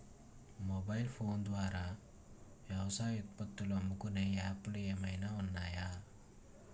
Mobile phone ద్వారా వ్యవసాయ ఉత్పత్తులు అమ్ముకునే యాప్ లు ఏమైనా ఉన్నాయా?